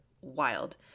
wild